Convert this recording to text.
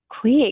quick